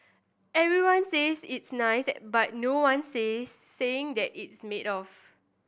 everyone says it's nice but no one's says saying that it's made of